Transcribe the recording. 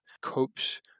copes